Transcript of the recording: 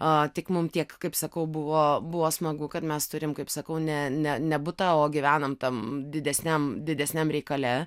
a tik mum tiek kaip sakau buvo buvo smagu kad mes turim kaip sakau ne ne ne butą o gyvenam tam didesniam didesniam reikale